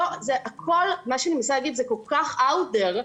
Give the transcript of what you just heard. מה שאני מנסה להגיד שזה כל כך out there,